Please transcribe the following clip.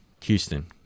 Houston